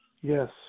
Yes